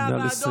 מהוועדות,